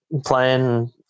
playing